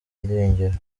irengero